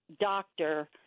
doctor